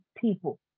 people